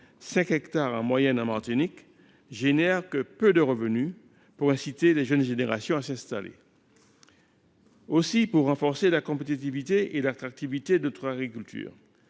hectares en moyenne en Martinique –, engendrent trop peu de revenus pour inciter les jeunes générations à s’installer. Pour renforcer la compétitivité et l’attractivité de notre agriculture,